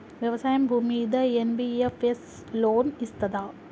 వ్యవసాయం భూమ్మీద NBFS loan ఇస్తదా?